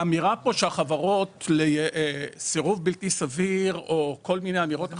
האמירה כאן שהחברות לסירוב בלתי סביר או כל מיני אמירות אחרות,